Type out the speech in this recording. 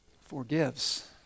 forgives